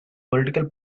political